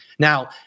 Now